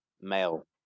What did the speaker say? male